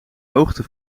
hoogte